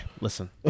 Listen